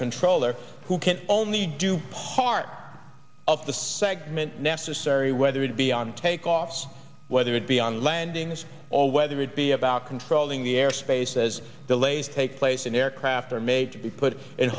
controller who can only do part of the segment necessary whether it be on takeoffs whether it be on landings or whether it be about controlling the airspace as delays take place an aircraft are made to be put in